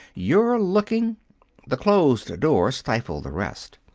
you're looking the closed door stifled the rest.